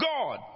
God